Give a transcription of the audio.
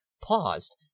paused